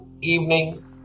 evening